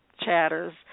chatters